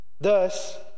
Thus